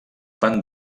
fan